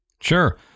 Sure